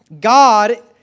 God